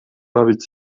bawić